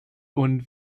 und